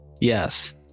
yes